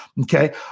Okay